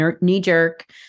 knee-jerk